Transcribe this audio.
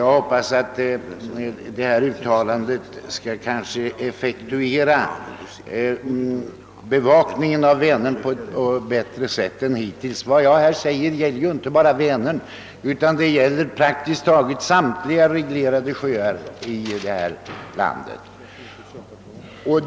Jag hoppas att dessa uttalanden skall effektivisera bevakningen av Vänern. Detta problem gäller emellertid inte bara Vänern utan praktiskt taget samtliga reglerade sjöar i detta land.